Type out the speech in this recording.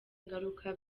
ngaruka